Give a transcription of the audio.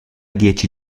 dieci